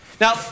Now